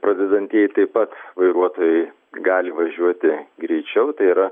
pradedantieji taip pat vairuotojai gali važiuoti greičiau tai yra